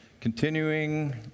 Continuing